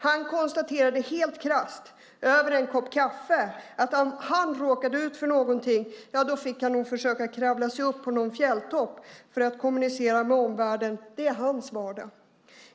Han konstaterade helt krasst över en kopp kaffe att om han råkade ut för någonting fick han nog försöka kravla sig upp på någon fjälltopp för att kommunicera med omvärlden. Det är hans vardag.